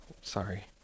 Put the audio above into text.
Sorry